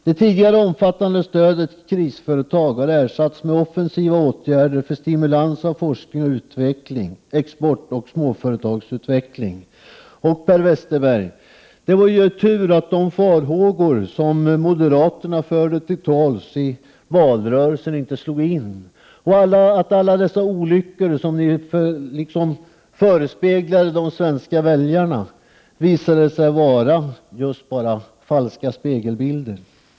Det tidigare omfattande stödet till krisföretag har ersatts med offensiva åtgärder för stimulans av forskning och utveckling, export och småföretagsutveckling. Och det var ju tur, Per Westerberg, att de farhågor som moderaterna förde till torgs i valrörelsen inte slog in, att alla dessa olyckor som ni förespeglade de svenska väljarna visade sig vara just falska spegelbilder.